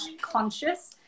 conscious